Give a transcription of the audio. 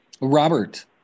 Robert